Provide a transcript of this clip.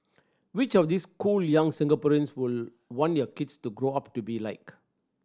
which of these cool young Singaporeans would want your kids to grow up to be like